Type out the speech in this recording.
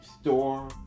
store